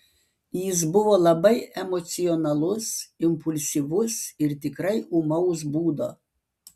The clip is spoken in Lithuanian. jis buvo labai emocionalus impulsyvus ir tikrai ūmaus būdo